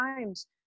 times